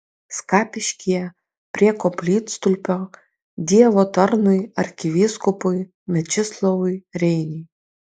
skapiškyje prie koplytstulpio dievo tarnui arkivyskupui mečislovui reiniui